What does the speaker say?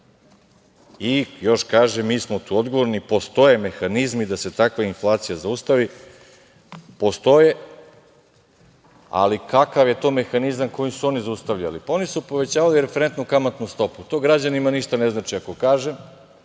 i još kaže - mi smo tu odgovorni, postoje mehanizmi da se takva inflacija zaustavi. Postoje. Ali, kakav je to mehanizam kojim su oni zaustavljali? Pa, oni su povećavali referentnu kamatu stopu. To građanima ništa ne znači ako kažem,